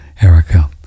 Erica